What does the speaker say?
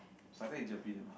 sci tech gerpe damn hard